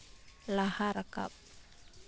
ᱞᱟᱦᱟ ᱨᱟᱠᱟᱵᱽ